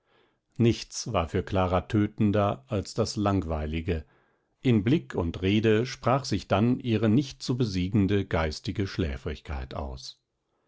nichts war für clara tötender als das langweilige in blick und rede sprach sich dann ihre nicht zu besiegende geistige schläfrigkeit aus